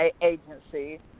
Agency